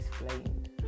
explained